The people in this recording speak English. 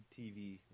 TV